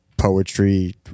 poetry